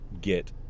get